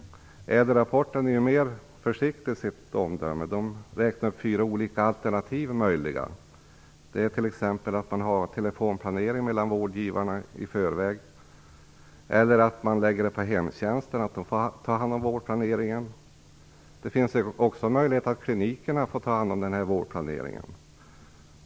ÄDEL-rapportens omdöme är mer försiktigt. I den räknar man upp fyra olika alternativ, t.ex. vårdplanering mellan vårdgivarna inför en flyttning eller att hemtjänsten får ta hand om vårdplaneringen. Det finns också en möjlighet att klinikerna tar hand om vårdplaneringen.